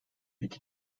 iki